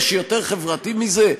יש יותר חברתי מזה?